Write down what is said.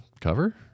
cover